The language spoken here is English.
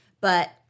But-